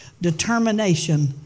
determination